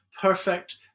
perfect